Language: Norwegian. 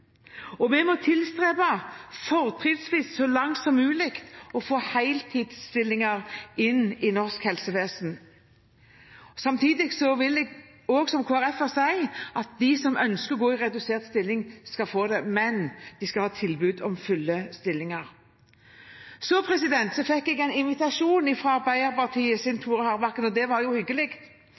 Og vi må tilstrebe fortrinnsvis, så langt som mulig, å få heltidsstillinger i norsk helsevesen. Samtidig vil jeg også som KrF-er si at de som ønsker å gå i redusert stilling, skal få det, men de skal ha tilbud om fulle stillinger. Jeg fikk en invitasjon fra Arbeiderpartiets Tore Hagebakken, og det var jo hyggelig.